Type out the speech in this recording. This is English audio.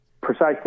precisely